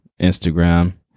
Instagram